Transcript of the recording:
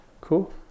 Cool